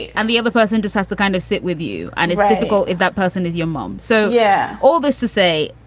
and the other person decides to kind of sit with you. and it's difficult if that person is your mom. so, yeah, all this to say,